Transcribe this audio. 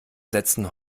setzen